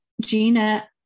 Gina